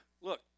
look